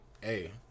hey